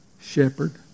shepherd